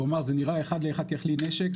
הוא אמר שזה נראה אחד לאחד ככלי נשק,